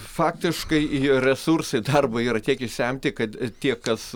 faktiškai jo resursai darbo yra tiek išsemti kad tie kas